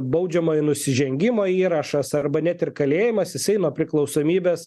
baudžiamojo nusižengimo įrašas arba net ir kalėjimas jisai nuo priklausomybės